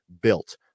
built